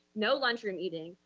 no lunchroom eating,